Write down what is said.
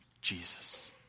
Jesus